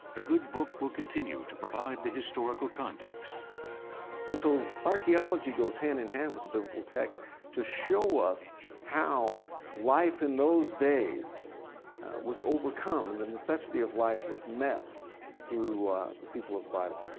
ah good book will continue to provide the historical context. maltsberger and so archaeology goes hand in hand with the biblical text to show us how life in those days was overcome and the necessity of life was met through the people of the bible.